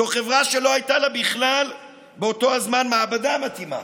זו חברה שלא הייתה לה בכלל באותו זמן מעבדה מתאימה,